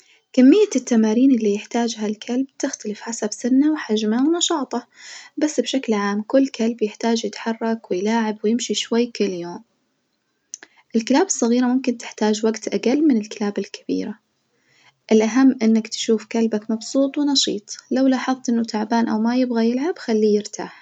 كمية التمارين اليحتاجها الكلب تختلف حسب سنه وحجمه ونشاطه, بس بشكل عام كل كلب محتاج يتحرك ويلاعب ويمشي شوي كل يوم، الكلاب الصغيرة ممكن تحتاج وجت أجل من الكلاب الكبيرة، الأهم إنك تشوف كلبك مبسوط ونشيط لو لاحظت إنه تعبان أو ما يبغى يلعب خاليه يرتاح.